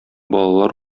балалар